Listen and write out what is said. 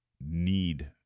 need